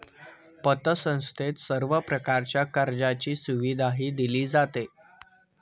पतसंस्थेत सर्व प्रकारच्या कर्जाची सुविधाही दिली जाते